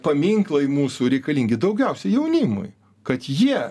paminklai mūsų reikalingi daugiausia jaunimui kad jie